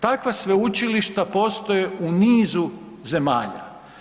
Takva sveučilišta postoje u nizu zemalja.